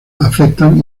afectan